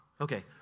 okay